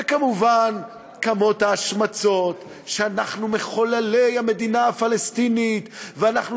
וכמובן קמות ההשמצות שאנחנו מחוללי המדינה הפלסטינית ואנחנו